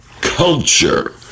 Culture